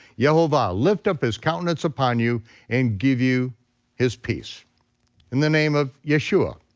yehovah lift up his countenance upon you and give you his peace in the name of yeshua,